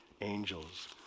angels